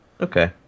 Okay